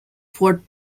fort